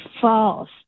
false